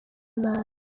nabi